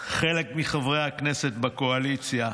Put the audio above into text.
חלק מחברי הכנסת בקואליציה,